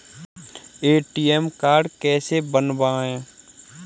ATM card कैसे बनवाएँ?